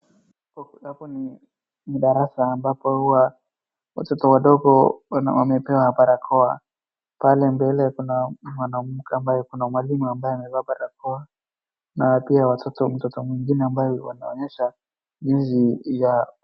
Hapa ni darasa ambapo huwa watoto wadogo wamepewa barakoa. Pale mbele kuna mwanamke, ambaye kuna mwalimu ambaye amevaa barakoa na pia watoto, mtoto mwingine ambaye wanaonyesha jinsi ya...